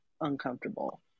uncomfortable